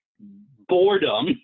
boredom